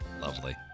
Lovely